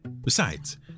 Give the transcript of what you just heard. Besides